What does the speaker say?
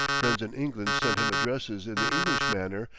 friends in england sent him addresses in the english manner,